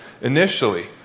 initially